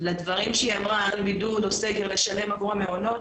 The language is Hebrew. על בייבי סיטר וגם על מעון.